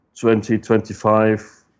2025